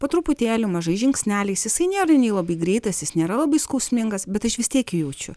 po truputėlį mažais žingsneliais jisai nėra nei labai greitas jis nėra labai skausmingas bet aš vis tiek jaučiu